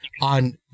on